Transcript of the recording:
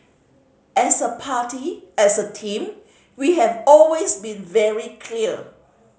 as a party as a team we have always been very clear